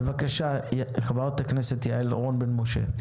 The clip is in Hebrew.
בבקשה, חברת הכנסת יעל רון בן משה.